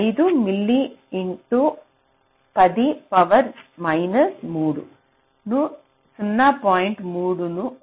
5 milli into 10 power minus 3 ను 0